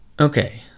Okay